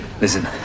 Listen